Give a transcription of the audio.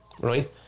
right